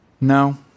No